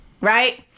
Right